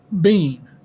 bean